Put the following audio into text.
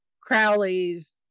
Crowley's